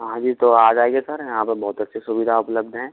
हाँ जी तो आ जाइए सर यहाँ पे बहुत अच्छी सुविधा उपलब हैं